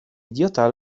idiota